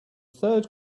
third